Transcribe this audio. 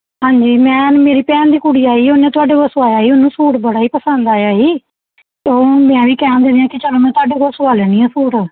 ਹਾਂਜੀ ਮੈਨ ਮੇਰੀ ਭੈਣ ਦੀ ਕੁੜੀ ਆਈ ਉਹਨੇ ਤੁਹਾਡੇ ਕੋਲੋਂ ਸਵਾਇਆ ਸੀ ਉਹਨੂੰ ਸੂਟ ਬੜਾ ਹੀ ਪਸੰਦ ਆਇਆ ਸੀ ਤੇ ਉਹ ਮੈਂ ਵੀ ਕਹਿਣ ਦਿੰਨੀ ਆ ਕਿ ਚਲੋ ਮੈਂ ਤੁਹਾਡੇ ਕੋਲੋਂ ਸਵਾ ਲੈਂਦੀ ਹਾਂ ਸੂਟ